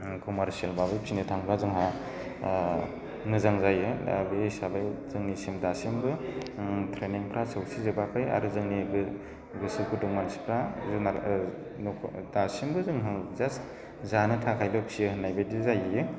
commercial भाबै फिसिनो थाङोब्ला जोंहा मोजां जायो दा बे हिसाबै जोंनिसिम दासिमबो ट्रैनिंफ्रा सौसिजोबाखै आरो जोंनि गोसो गुदुं मानसिफोरा जुनार न'खर दासिमबो जोंहा जास्ट जानो थाखायल' फिसियो होननाय बायदि जाहैयो